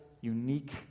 unique